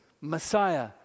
Messiah